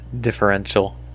differential